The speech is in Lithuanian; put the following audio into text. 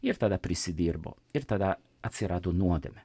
ir tada prisidirbo ir tada atsirado nuodėmė